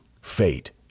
fate